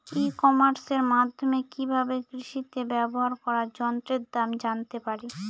ই কমার্সের মাধ্যমে কি ভাবে কৃষিতে ব্যবহার করা যন্ত্রের দাম জানতে পারি?